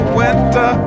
winter